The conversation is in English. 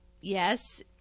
yes